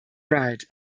rite